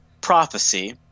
prophecy